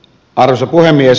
arvoisa puhemies